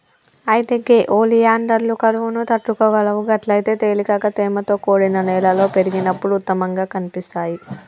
అయితే గే ఒలియాండర్లు కరువును తట్టుకోగలవు గట్లయితే తేలికగా తేమతో కూడిన నేలలో పెరిగినప్పుడు ఉత్తమంగా కనిపిస్తాయి